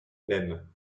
même